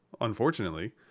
Unfortunately